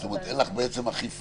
זאת אומרת שאין לך בעצם אכיפה